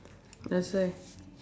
that's why